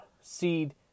seed